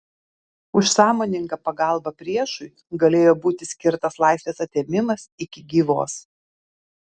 už sąmoningą pagalbą priešui galėjo būti skirtas laisvės atėmimas iki gyvos